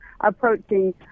approaching